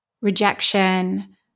rejection